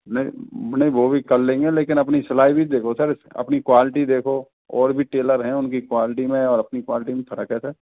नहीं नहीं वो भी कर लेंगे लेकिन अपनी सिलाई भी देखो सर अपनी क्वालिटी देखो और भी टेलर हैं उनकी क्वालिटी में और अपनी क्वालिटी में फ़र्क है सर